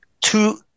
two